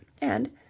and